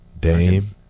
Dame